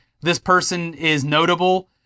this-person-is-notable